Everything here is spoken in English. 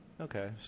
Okay